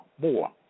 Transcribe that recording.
more